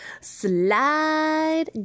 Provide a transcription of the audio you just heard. Slide